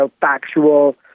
factual